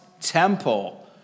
temple